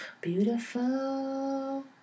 Beautiful